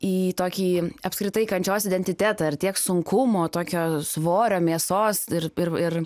į tokį apskritai kančios identitetą ir tiek sunkumo tokio svorio mėsos ir ir